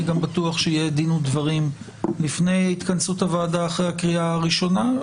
אני גם בטוח שיהיה דין ודברים לפני התכנסות הוועדה אחרי הקריאה הראשונה,